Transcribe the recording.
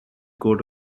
court